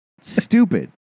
Stupid